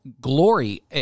glory